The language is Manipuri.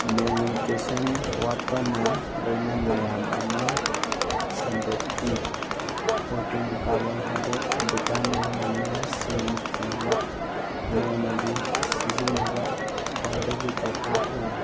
ꯃꯦꯜ ꯅ꯭ꯌꯨꯇ꯭ꯔꯤꯁꯟ ꯋꯥꯠꯄꯅ ꯂꯥꯏꯅꯥ ꯃꯌꯥꯝ ꯑꯃ ꯁꯟꯗꯣꯛꯏ ꯄ꯭ꯔꯣꯇꯤꯟ ꯀꯥꯔꯕꯣꯟꯍꯥꯏꯗ꯭ꯔꯦꯠ ꯚꯤꯇꯥꯃꯤꯟ ꯃꯤꯅꯦꯔꯦꯜꯁꯤꯡꯅ ꯆꯤꯡꯕ ꯅꯣꯡꯃꯒꯤ ꯁꯤꯖꯤꯟꯅꯕ ꯈ꯭ꯋꯥꯏꯗꯒꯤ ꯗꯔꯀꯥꯔ ꯑꯣꯏ